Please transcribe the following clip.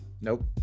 Nope